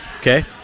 Okay